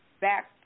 back